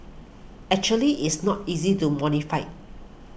actually it's not easy to modify